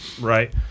Right